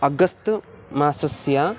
अगस्त् मासस्य